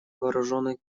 вооруженной